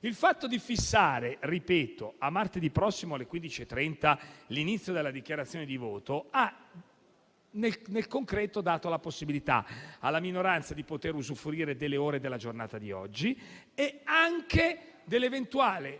Il fatto di fissare a martedì prossimo alle 15,30 l'inizio delle dichiarazioni di voto ha, nel concreto, dato la possibilità alla minoranza di usufruire delle ore della giornata di oggi e anche delle eventuali